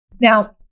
now